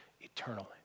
eternally